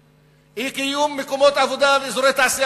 אי-קיום מקומות עבודה ואזורי תעשייה